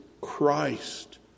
Christ